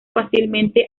fácilmente